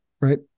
right